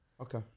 okay